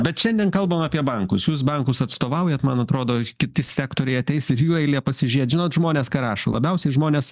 bet šiandien kalbam apie bankus jūs bankus atstovaujat man atrodo kiti sektoriai ateis ir jų eilė pasižiūrėt žinot žmonės ką rašo labiausiai žmonės